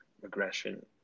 regression